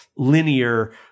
linear